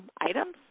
items